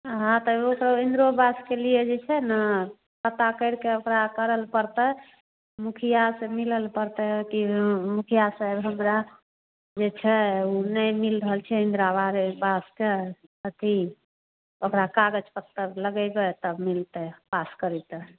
हाँ तो उ तो इन्द्रा आवास के लिए जे छै ना पता करके ओकरा करल पड़ता मुखिया से मिलैल परतै कि मुखिया सर हमारा जे छै उ नहीं मिल रहा छै इंद्रा वारे आवास के अथि ओकरा काग़ज़ पत्तर लगेबे तब मिलतै पास करैत